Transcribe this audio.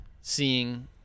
seeing